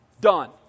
Done